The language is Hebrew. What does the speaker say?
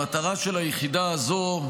המטרה של היחידה הזו,